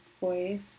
voice